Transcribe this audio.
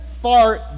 far